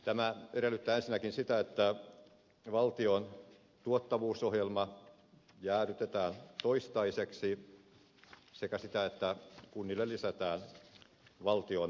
tämä edellyttää ensinnäkin sitä että valtion tuottavuusohjelma jäädytetään toistaiseksi sekä sitä että kunnille lisätään valtionosuuksia